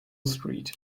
street